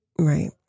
right